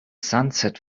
sunset